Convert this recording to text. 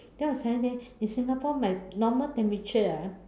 then I was telling them in Singapore my normal temperature ah